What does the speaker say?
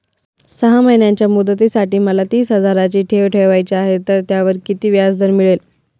सहा महिन्यांच्या मुदतीसाठी मला तीस हजाराची ठेव ठेवायची आहे, तर त्यावर किती व्याजदर मिळेल?